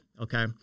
Okay